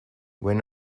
when